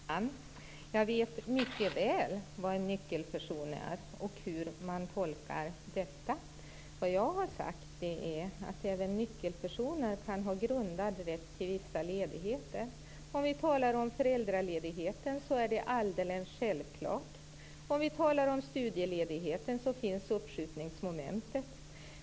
Fru talman! Jag vet mycket väl vad en nyckelperson är och hur man tolkar detta. Vad jag har sagt är att även nyckelpersoner kan ha grundad rätt till vissa ledigheter. Om vi talar om föräldraledigheten är det alldeles självklart. Om vi talar om studieledigheten finns uppskjutningsmomentet.